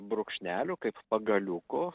brūkšnelių kaip pagaliukų